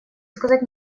сказать